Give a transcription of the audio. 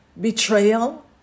Betrayal